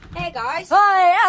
hey guys i yeah